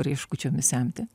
rieškučiomis semti